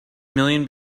million